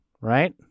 right